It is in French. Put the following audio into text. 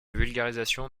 vulgarisation